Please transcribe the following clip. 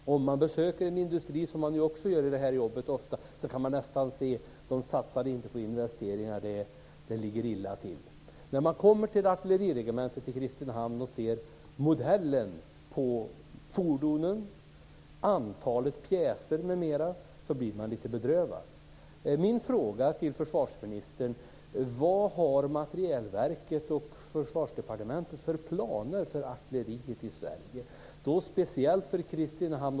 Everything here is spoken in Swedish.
Om man besöker en industri, som man ju också ofta gör i det här jobbet, kan man nästan se om de inte satsar på investeringar och om det ligger illa till. När man kommer till artilleriregementet i Kristinehamn och ser modellen på fordonen, antalet pjäser m.m. blir man lite bedrövad. Min fråga till försvarsministern är: Vad har Materielverket och Försvarsdepartementet för planer för artilleriet i Sverige, och då speciellt för Kristinehamn?